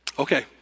Okay